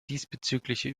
diesbezügliche